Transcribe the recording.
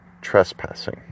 trespassing